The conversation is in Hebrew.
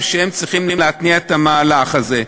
שהם צריכים להתניע את המהלך הזה.